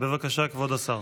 בבקשה, כבוד השר.